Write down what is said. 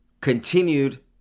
continued